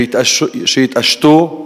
שהתעשתו,